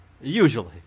usually